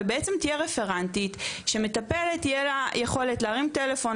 ובעצם תהיה רפרנטית שמטפלת תהיה לה יכולת להרים טלפון